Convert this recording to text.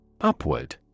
Upward